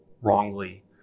wrongly